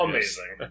Amazing